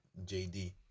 JD